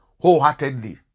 wholeheartedly